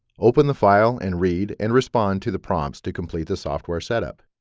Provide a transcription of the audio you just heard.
open the file and read and respond to the prompts to complete the software setup.